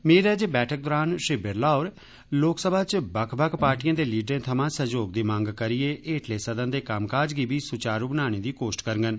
मेद ऐ जे बैठक दौरान श्री बिरला होर लोकसभा च बक्ख बक्ख पार्टिये दे लीडरे थमां सहयोग दी मंग करियै एठले सदन दे कम्मकाज गी सुचारु बनाने दी कोश्ट करगंन